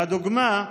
לדוגמה,